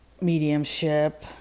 mediumship